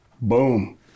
boom